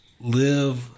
live